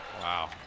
Wow